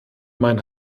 mein